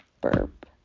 burp